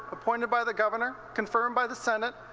appointed by the governor. confirmed by the senate.